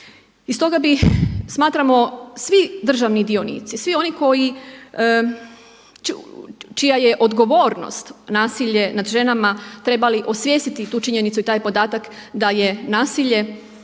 I stoga mi smatramo svi državni dionici svi oni koji čija je odgovornost nasilje nad ženama treba li osvijestiti tu činjenicu i taj podatak da je nasilje